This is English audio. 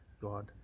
God